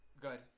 Good